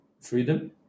freedom